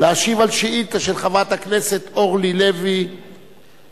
להשיב על שאילתא של חברת הכנסת אורלי לוי אבקסיס